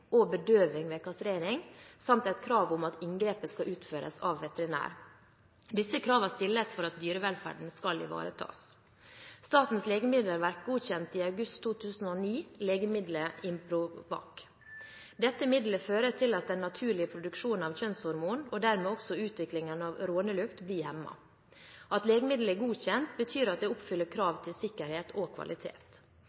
og bedøving ved kastrering samt et krav om at inngrepet skal utføres av veterinær. Disse kravene stilles for at dyrevelferden skal ivaretas. Statens legemiddelverk godkjente i august 2009 legemiddelet Improvac. Dette middelet fører til at den naturlige produksjonen av kjønnshormoner, og dermed også utviklingen av rånelukt, blir hemmet. At legemiddelet er godkjent, betyr at det oppfyller